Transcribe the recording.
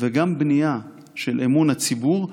וגם בנייה של אמון הציבור,